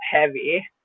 heavy